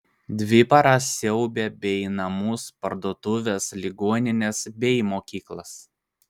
dvi paras siaubė bei namus parduotuves ligonines bei mokyklas